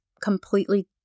completely